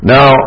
Now